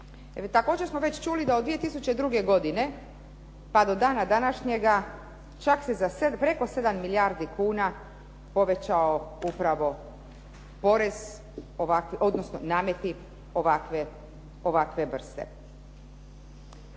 Također smo već čuli da od 2002. godine pa do dana današnjega čak se za preko 7 milijardi kuna povećao upravo porez, odnosno nameti ovakve vrste.